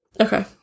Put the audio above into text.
Okay